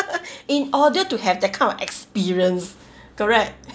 in order to have that kind of experience correct